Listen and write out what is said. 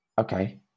okay